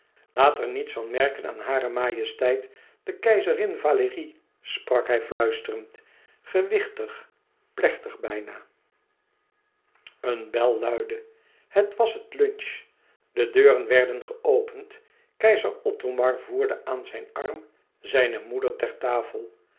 laat er niets van merken aan hare majesteit de keizerin valérie sprak hij fluisterend gewichtig plechtig bijna een bel luidde het was het lunch de deuren werden geopend keizer othomar voerde aan zijn arm zijne moeder ter